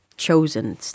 chosen